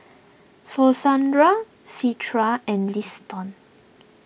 and Liston